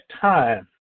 time